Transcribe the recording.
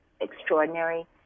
extraordinary